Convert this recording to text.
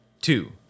two